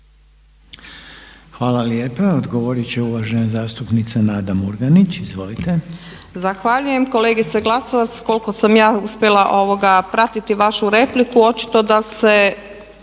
Hvala lijepa. Odgovorit će uvažena zastupnica Nada Murganić. Izvolite. **Murganić, Nada (HDZ)** Zahvaljujem kolegice Glasovac. Koliko sam ja uspjela pratiti vašu repliku očito da se